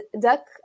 duck